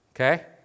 Okay